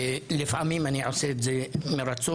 לפעמים אני עושה את זה מרצון,